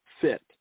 fit